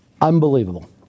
unbelievable